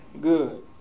good